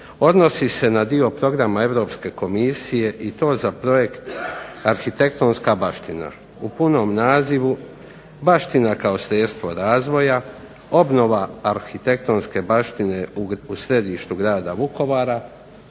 odnosi se na dio programa Europske komisije i to za projekt arhitektonska baština, u punom nazivu "Baština kao sredstvo razvoja, obnova arhitektonske baštine u središtu Grada Vukovara,